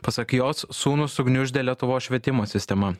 pasak jos sūnų sugniuždė lietuvos švietimo sistema